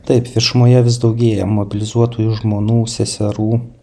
taip viešumoje vis daugėja mobilizuotųjų žmonų seserų